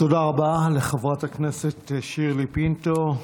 תודה רבה לחברת הכנסת שירלי פינטו.